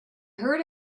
heard